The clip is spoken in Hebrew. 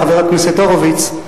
חבר הכנסת הורוביץ,